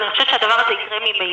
אז אני חושבת שהדבר הזה יקרה ממילא.